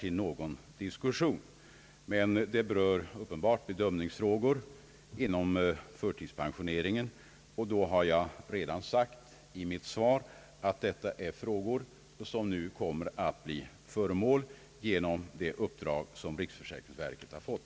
Fallet har emellertid uppenbarligen beröring med invaliditetsbedömningen inom förtidspensioneringen, och jag har redan sagt i mitt svar att dessa frågor kommer att bli föremål för utredning i enlighet med det uppdrag som riksförsäkringsverket har fått.